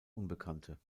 unbekannte